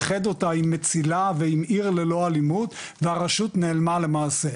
איחד אותה עם מצילה ועם עיר ללא אלימות והרשות נעלמה למעשה.